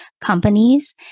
companies